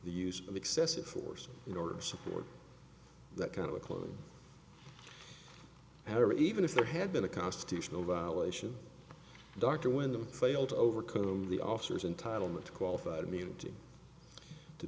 the use of excessive force in order to support that kind of a close however even if there had been a constitutional violation dr wyndham fail to overcome the officers entitlement to qualified immunity to